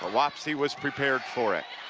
ah wapsie was prepared for it.